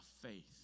faith